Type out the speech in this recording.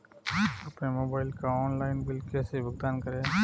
अपने मोबाइल का online bill कैसे भुगतान करूं?